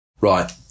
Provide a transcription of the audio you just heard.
Right